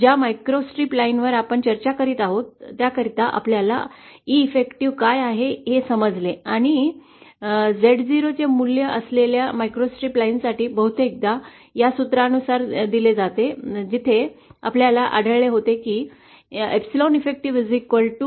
ज्या microstrip line वर आपण चर्चा करीत आहोत त्याकरीता आपल्याला E प्रभावी काय आहे हे समजले आहे आणि Z0 चे मूल्य असलेल्या मायक्रोस्ट्रिप लाइनसाठी बहुतेकदा या सूत्रानुसार दिले जाते जिथे आपल्याला आढळले होते की 𝝴 effective 𝝴0CC0